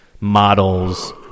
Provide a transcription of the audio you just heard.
models